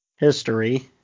History